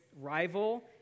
rival